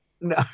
No